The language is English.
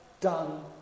done